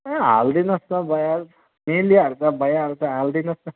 ए हालिदिनु होस् न भइहाल्छ मिलिहाल्छ भइहाल्छ हालिदिनु होस् न